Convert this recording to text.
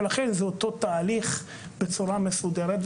ולכן זה אותו תהליך בצורה מסודרת.